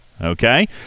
Okay